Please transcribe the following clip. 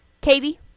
Katie